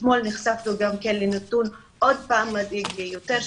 אתמול נחשפנו עוד פעם לנתון מדאיג ביותר,